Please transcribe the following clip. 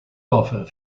offer